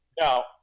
Now